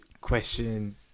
question